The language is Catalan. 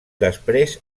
després